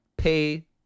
pay